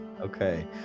Okay